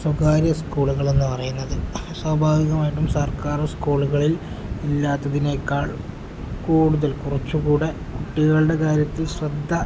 സ്വകാര്യ സ്കൂളുകൾ എന്ന് പറയുന്നത് സ്വാഭാവികമായിട്ടും സർക്കാർ സ്കൂളുകളിൽ ഇല്ലാത്തതിനേക്കാൾ കൂടുതൽ കുറച്ചുകൂടെ കുട്ടികളുടെ കാര്യത്തിൽ ശ്രദ്ധ